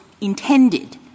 intended